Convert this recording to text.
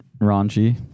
raunchy